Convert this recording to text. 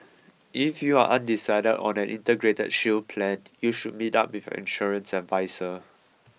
if you are undecided on an Integrated Shield Plan you should meet up with your insurance adviser